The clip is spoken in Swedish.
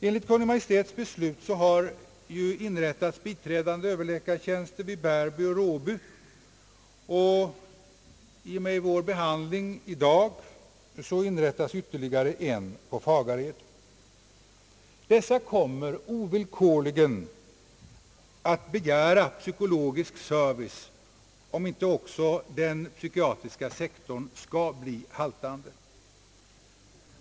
Enligt Kungl. Maj:ts beslut har biträdande överläkartjänster inrättats vid Bärby och Råby, och i och med vår behandling i dag inrättas ytterligare en sådan tjänst på Fagared. Dessa läkare kommer ovillkorligen att begära psykologisk service — annars måste också den psykiatriska sektorn bli lidande.